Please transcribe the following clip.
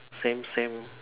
same same